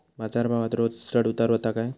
बाजार भावात रोज चढउतार व्हता काय?